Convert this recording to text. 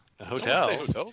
Hotels